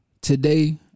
today